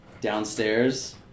downstairs